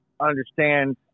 understand